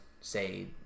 say